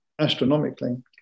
astronomically